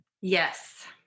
Yes